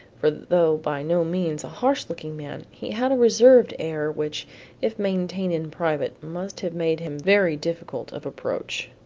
for though by no means a harsh looking man, he had a reserved air which if maintained in private must have made him very difficult of approach.